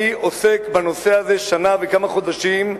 אני עוסק בנושא הזה שנה וכמה חודשים,